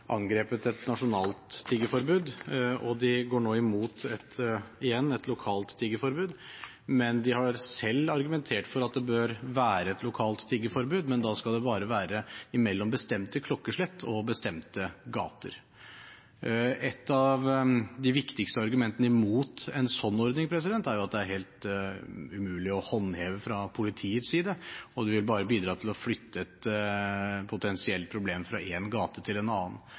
angrepet et nasjonalt tiggeforbud, og de går nå igjen imot et lokalt tiggeforbud, men de har selv argumentert for at det bør være et lokalt tiggeforbud, men da skal det bare være mellom bestemte klokkeslett og i bestemte gater. Et av de viktigste argumentene imot en sånn ordning er at den er helt umulig å håndheve fra politiets side, og det vil bare bidra til å flytte et potensielt problem fra en gate til en annen.